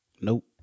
Nope